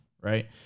Right